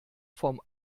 vom